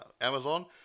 Amazon